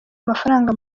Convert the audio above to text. amafaranga